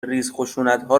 ریزخشونتها